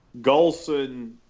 Golson